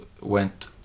Went